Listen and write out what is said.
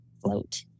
float